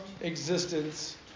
existence